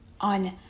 on